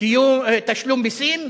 תשלום מסים,